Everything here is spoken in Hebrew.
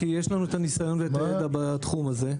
כי יש לנו את הניסיון והידע בתחום הזה.